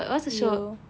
you